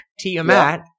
Tiamat